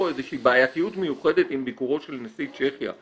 איזושהי בעייתיות מיוחדת עם ביקורו של נשיא צ'כיה.